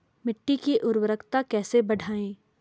मिट्टी की उर्वरकता कैसे बढ़ायें?